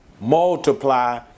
multiply